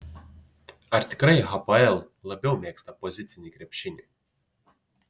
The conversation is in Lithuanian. ar tikrai hapoel labiau mėgsta pozicinį krepšinį